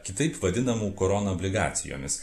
kitaip vadinamų korona obligacijomis